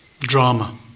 Drama